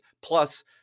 Plus